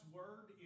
word